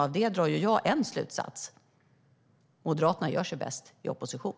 Av det drar jag en slutsats: Moderaterna gör sig bäst i opposition.